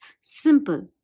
simple